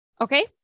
Okay